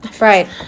Right